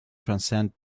transcend